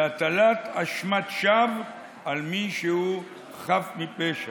להטלת אשמת שווא על מי שהוא חף מפשע.